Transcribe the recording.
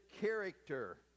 character